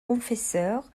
confesseur